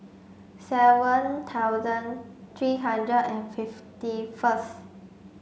seven thousand three hundred and fifty first